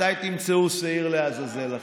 מתי תמצאו שעיר לעזאזל אחר?